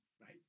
right